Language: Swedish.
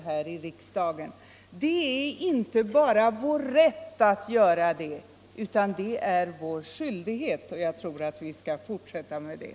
Det är inte bara vår rätt att göra det, utan det är vår skyldighet, och jag anser att vi bör fortsätta med det.